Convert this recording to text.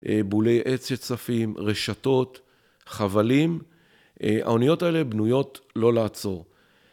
בולי עץ שצפים, רשתות, חבלים, האוניות האלה בנויות לא לעצור.